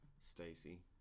Stacy